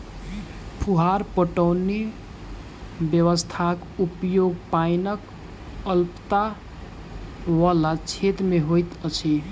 फुहार पटौनी व्यवस्थाक उपयोग पाइनक अल्पता बला क्षेत्र मे होइत अछि